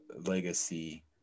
legacy